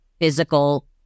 physical